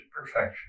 perfection